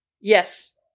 Yes